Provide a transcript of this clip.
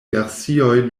versioj